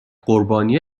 قربانی